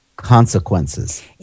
Consequences